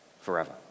forever